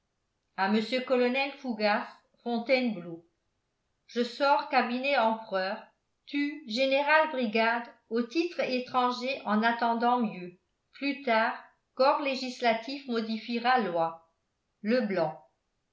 à monsieur colonel fougas fontainebleau je sors cabinet empereur tu général brigade au titre étranger en attendant mieux plus tard corps législatif modifiera loi leblanc